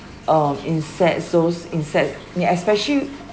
um insect those insect yeah especially